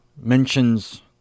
mentions